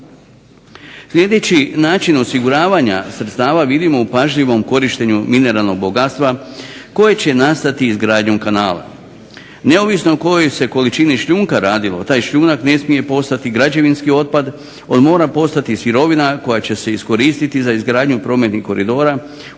Sljedeći način osiguravanja sredstava vidimo u pažljivom korištenju mineralnog bogatstva, koje će nastati izgradnjom kanala. Neovisno o kojoj se količini šljunka radilo, taj šljunak ne smije postati građevinski otpad, on mora postati sirovina koja će se iskoristiti za izgradnju prometnih koridora u